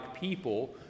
people